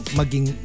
maging